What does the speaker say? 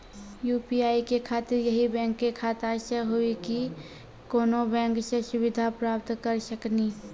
UPI के खातिर यही बैंक के खाता से हुई की कोनो बैंक से सुविधा प्राप्त करऽ सकनी?